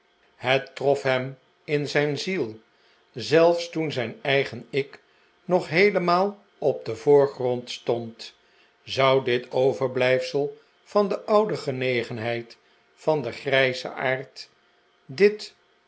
het trof hem in zijn ziel zelfs toen zijn eigen ik nog heelemaal op den voorgrond stond zou dit overblijfsel van de oude genegenheid van den grijsaard dit